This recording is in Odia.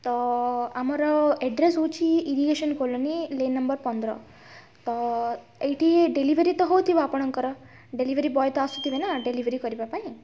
ତ ଆମର ଆଡ଼୍ରେସ୍ ହେଉଛି ଇରିଗେଶନ୍ କଲୋନୀ ଲେନ୍ ନମ୍ୱର୍ ପନ୍ଦର ତ ଏଇଠି ଡେଲିଭେରି ତ ହେଉଥିବ ଆପଣଙ୍କର ଡେଲିଭେରି ବୟ ତ ଆସୁଥିବେ ନା ଡେଲିଭେରି କରିବାପାଇଁ